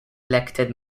elected